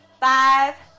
five